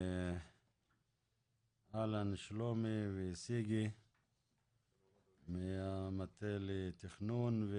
שלום, שלומי וסיגי מהמטה לתכנון.